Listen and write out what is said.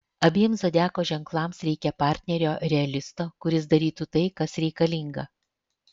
abiem zodiako ženklams reikia partnerio realisto kuris darytų tai kas reikalinga